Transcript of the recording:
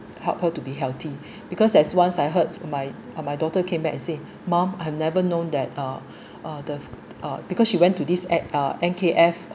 helped her to be healthy because as once I heard from my my daughter came back and say mum I've never known that uh uh the uh because she went to this N uh N_K_F